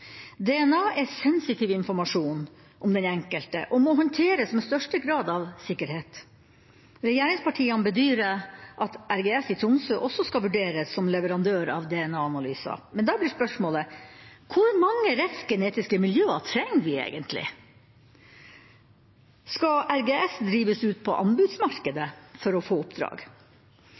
DNA er sensitiv informasjon om den enkelte og må håndteres med største grad av sikkerhet. Regjeringspartiene bedyrer at RGS i Tromsø også skal vurderes som leverandør av DNA-analyser, men da blir spørsmålet: Hvor mange rettsgenetiske miljøer trenger vi egentlig? Skal RGS drives ut på anbudsmarkedet for å få oppdrag?